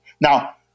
Now